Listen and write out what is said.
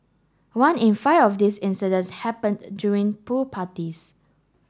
one in five of this incidents happened during pool parties